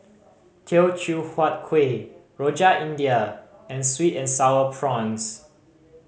Teochew Huat Kueh Rojak India and sweet and Sour Prawns